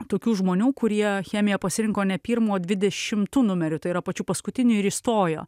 tokių žmonių kurie chemiją pasirinko ne pirmu dvidešimtu numeriu tai yra pačiu paskutiniu ir įstojo